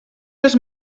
les